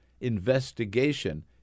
investigation